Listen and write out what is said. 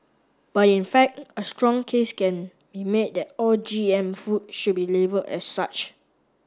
but in fact a strong case can be made that all G M food should be labelled as such